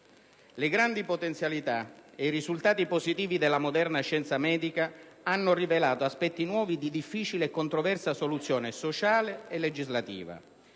Le grandi potenzialità e i risultati positivi della moderna scienza medica hanno rivelato aspetti nuovi di difficile e controversa soluzione sociale e legislativa.